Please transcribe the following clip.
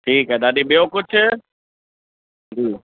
ठीकु आहे दादी ॿियो कुझु